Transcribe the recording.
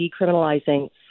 decriminalizing